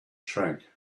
track